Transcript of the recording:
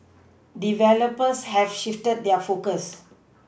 developers have shifted their focus